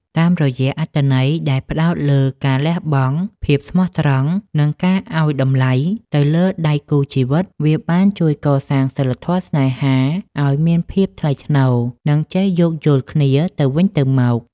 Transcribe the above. តាមរយៈអត្ថន័យដែលផ្ដោតលើការលះបង់ ភាពស្មោះត្រង់ និងការឱ្យតម្លៃទៅលើដៃគូជីវិត វាបានជួយកសាងសីលធម៌ស្នេហាឱ្យមានភាពថ្លៃថ្នូរ និងចេះយោគយល់គ្នាទៅវិញទៅមក។